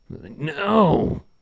No